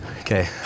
Okay